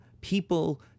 people